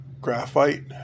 graphite